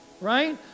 Right